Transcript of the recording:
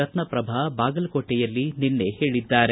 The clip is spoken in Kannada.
ರತ್ನಪ್ರಭಾ ಬಾಗಲಕೋಟೆಯಲ್ಲಿ ನಿನ್ನೆ ಹೇಳಿದ್ದಾರೆ